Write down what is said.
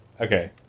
Okay